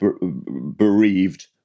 bereaved